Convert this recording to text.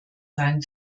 sein